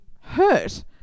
hurt